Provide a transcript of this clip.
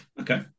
okay